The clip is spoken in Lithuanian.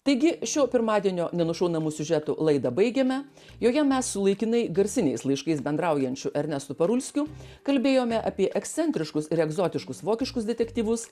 taigi šio pirmadienio nenušunamų siužetų laidą baigėme joje mes laikinai garsiniais laiškais bendraujančiu ernestu parulskiu kalbėjome apie ekscentriškus ir egzotiškus vokiškus detektyvus